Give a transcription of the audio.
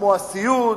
כמו הסיעוד,